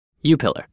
U-Pillar